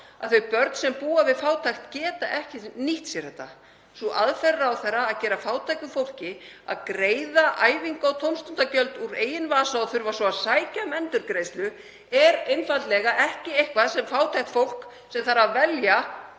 að þau börn sem búa við fátækt geta ekki nýtt sér þetta. Sú aðferð ráðherra að gera fátæku fólki að greiða æfinga- og tómstundagjöld úr eigin vasa og þurfa svo að sækja um endurgreiðslu er einfaldlega ekki eitthvað sem fátækt fólk, sem þarf að velja